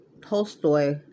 Tolstoy